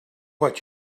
what